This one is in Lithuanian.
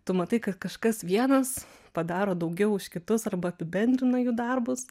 tu matai kad kažkas vienas padaro daugiau už kitus arba apibendrina jų darbus